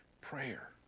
prayer